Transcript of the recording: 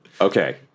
Okay